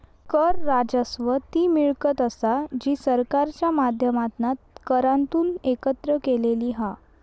कर राजस्व ती मिळकत असा जी सरकारच्या माध्यमातना करांतून एकत्र केलेली हा